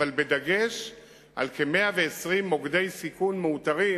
אבל בדגש על כ-120 מוקדי סיכון מאותרים,